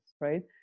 right